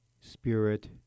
spirit